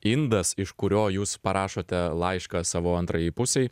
indas iš kurio jūs parašote laišką savo antrajai pusei